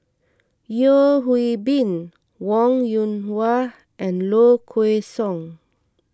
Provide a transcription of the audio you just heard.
Yeo Hwee Bin Wong Yoon Wah and Low Kway Song